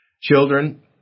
Children